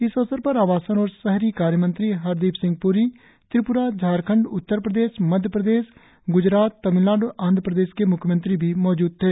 इस अवसर पर आवासन और शहरी कार्यमंत्री हरदीप सिंह प्री त्रिप्रा झारखंड उत्तरप्रदेश मध्यप्रदेश ग्जरात तमिलनाड़ और आंधप्रदेश के म्ख्यमंत्री भी मौजूद थे